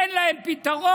אין להן פתרון.